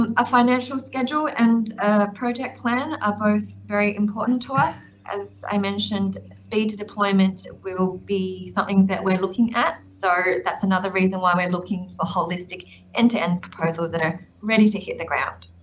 um a financial schedule and a project plan are both very important to us. as i mentioned, speed to deployment will be something that we're looking at. so that's another reason why we're looking for holistic end to end proposals that are ready to hit the ground.